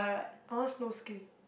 I like snow skin